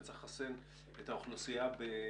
וצריך לחסן את האוכלוסייה במהירות.